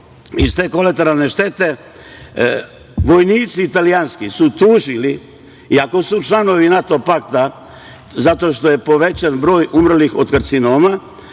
iz te kolateralne štete? Vojnici italijanski su tužili, iako su članovi NATO pakta, zato što je povećan broj umrlih od karcinoma,